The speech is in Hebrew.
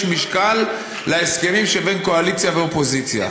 משקל להסכמים שבין קואליציה לאופוזיציה.